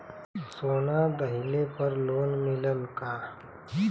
सोना दहिले पर लोन मिलल का?